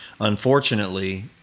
Unfortunately